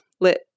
lit